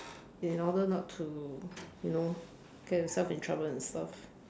in order not to you know get yourself in trouble and stuff